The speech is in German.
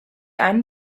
einen